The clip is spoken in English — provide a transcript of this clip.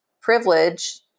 privilege